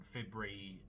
February